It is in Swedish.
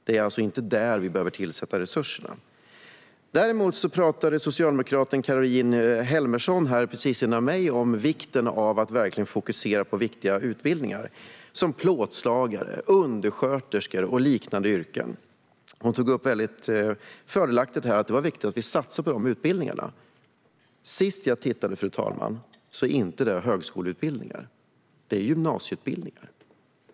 Men det är inte där vi behöver tillsätta resurserna. Socialdemokraten Caroline Helmersson Olsson talade precis före mig om vikten av att verkligen fokusera på viktiga utbildningar som plåtslagare, undersköterskor och liknande yrken. Hon tog förtjänstfullt upp att det är viktigt att vi satsar på dessa utbildningar. Men senast jag tittade, fru talman, är detta inte högskoleutbildningar utan gymnasieutbildningar.